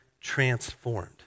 transformed